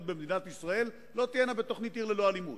במדינת ישראל לא תהיינה בתוכנית "עיר ללא אלימות".